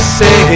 say